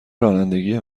رانندگی